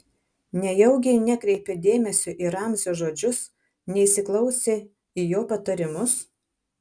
nejaugi ji nekreipė dėmesio į ramzio žodžius neįsiklausė į jo patarimus